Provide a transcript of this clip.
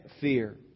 fear